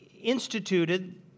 instituted